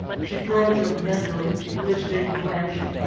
she credits her mentor, kristen french,